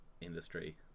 industry